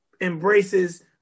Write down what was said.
embraces